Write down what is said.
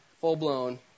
full-blown